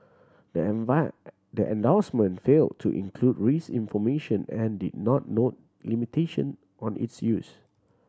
the the endorsement failed to include risk information and did not note limitation on its use